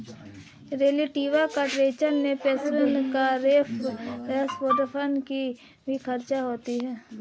relative return में passive reference portfolio की भी चर्चा होती है